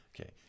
Okay